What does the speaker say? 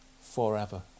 forever